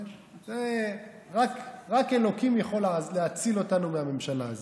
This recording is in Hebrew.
רק אלוקים יכול להציל אותנו מהממשלה הזאת.